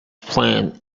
plan